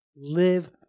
Live